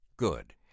Good